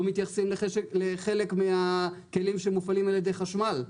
לא מתייחסים לכך שחלק מהכלים מופעלים על ידי חשמל.